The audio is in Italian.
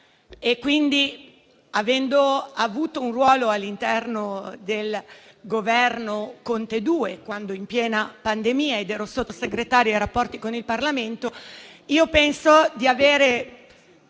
Quindi, avendo io avuto un ruolo all'interno del Governo Conte II, quando, in piena pandemia, ero Sottosegretario ai rapporti con il Parlamento, penso di avere